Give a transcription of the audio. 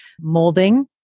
molding